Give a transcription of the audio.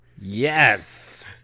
Yes